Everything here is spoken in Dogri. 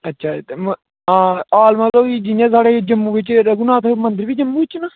अच्छा ते आल मतलब कि जि'यां साढ़े जम्मू च बी रघुनाथ मदंर बी जम्मू बिच नां